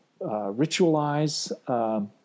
ritualize